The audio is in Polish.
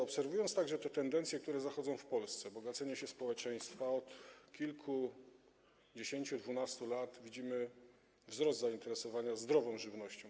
Obserwując tendencje, które zachodzą w Polsce, bogacenie się społeczeństwa od kilkudziesięciu, od 12 lat, widzimy wzrost zainteresowania zdrową żywnością.